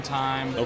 time